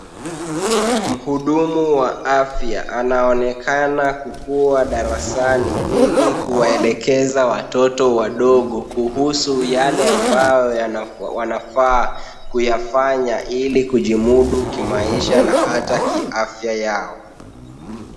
Mhudumu wa afya anaonekana kukuwa darasani hili kuwaelekeza watoto wadogo kuhusu yale ambayo wanafaa kuyafanya ili kujimudu kimaisha na hata kiafya yao.